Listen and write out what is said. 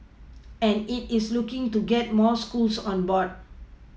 and it is looking to get more schools on board